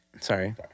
Sorry